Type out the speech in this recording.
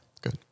Good